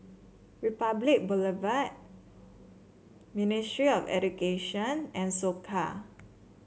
Republic Boulevard Ministry of Education and Soka